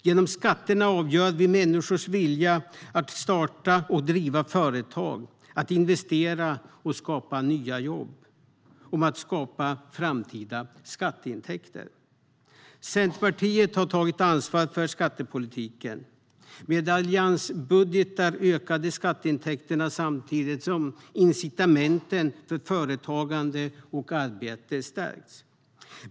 Genom skatterna avgör vi människors vilja att starta och driva företag, att investera och att skapa nya jobb. Det är fråga om att skapa framtida skatteintäkter. Centerpartiet har tagit ansvar för skattepolitiken. Med alliansbudgetar ökade skatteintäkterna samtidigt som incitamenten för företagande och arbete stärktes.